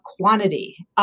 quantity